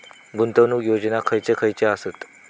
गुंतवणूक योजना खयचे खयचे आसत?